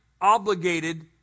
obligated